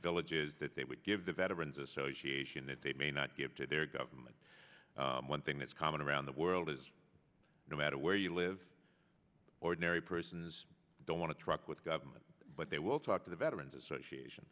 villages that they would give the veterans association that they may not give to their government one thing that's common around the world is no matter where you live ordinary persons don't want to truck with government but they will talk to the veterans association